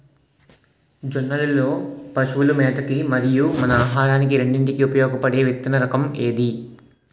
జొన్నలు లో పశువుల మేత కి మరియు మన ఆహారానికి రెండింటికి ఉపయోగపడే విత్తన రకం ఏది?